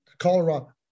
Colorado